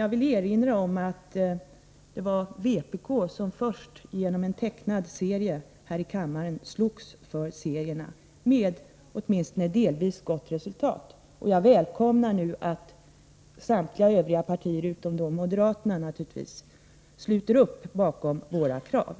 Jag vill erinra om att det var vpk som först genom en tecknad serie här i kammaren slogs för serierna och det med åtminstone delvis gott resultat. Jag välkomnar nu att samtliga övriga partier — utom moderaterna, naturligtvis — sluter upp bakom våra krav.